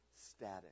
static